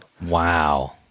Wow